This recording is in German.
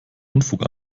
unfug